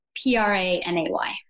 P-R-A-N-A-Y